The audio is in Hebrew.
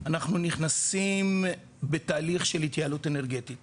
אנחנו נכנסים בתהליך של התייעלות אנרגטית